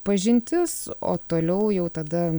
pažintis o toliau jau tada